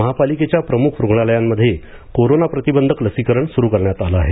महापालिकेच्या प्रमुख रुग्णालयांमध्ये कोरोना प्रतिबंधक लसीकरण सुरू करण्यात आलं आहे